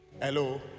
Hello